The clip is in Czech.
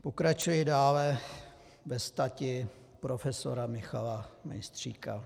Pokračuji dále ve stati profesora Michala Mejstříka.